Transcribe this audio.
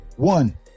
One